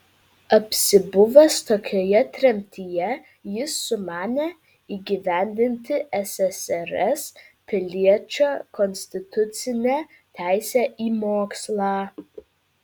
apsibuvęs tokioje tremtyje jis sumanė įgyvendinti ssrs piliečio konstitucinę teisę į mokslą